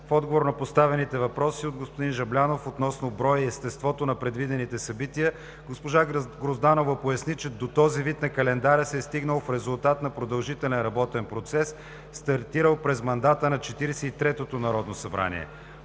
В отговор на поставените въпроси от господин Жаблянов относно броя и естеството на предвидените събития, госпожа Грозданова поясни, че до този вид на календара се е стигнало в резултат на продължителен работен процес, стартирал през мандата на 43-то Народно събрание.